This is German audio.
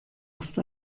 erst